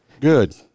Good